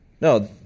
No